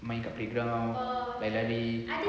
main kat playground lari lari